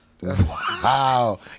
Wow